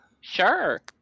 sure